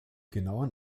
genauen